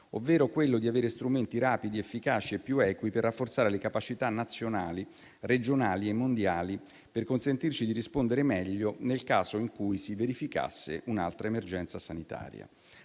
ovvero quello di avere strumenti rapidi, efficaci e più equi per rafforzare le capacità nazionali, regionali e mondiali, per consentirci di rispondere meglio nel caso in cui si verificasse un'altra emergenza sanitaria.